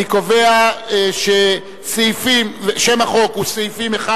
אני קובע ששם החוק וסעיפים 1